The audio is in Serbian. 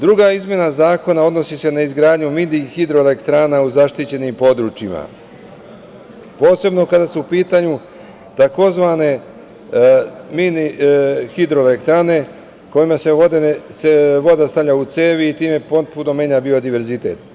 Druga izmena zakona odnosi se na izgradnju mini hidroelektrana u zaštićenim područjima, posebno kada su u pitanju tzv. mini hidroelektrane kojima se voda stavlja u cevi i time potpuno menja biodiverzitet.